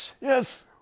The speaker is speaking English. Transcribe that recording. Yes